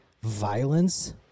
violence